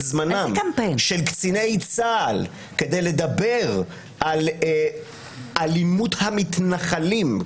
זמנם של קציני צה"ל כדי לדבר על "אלימות המתנחלים",